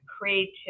creativity